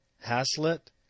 Haslett